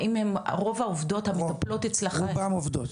האם רוב העובדות המטפלות אצלכם --- רובן עובדות.